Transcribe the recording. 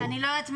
תשובה.